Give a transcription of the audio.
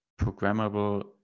programmable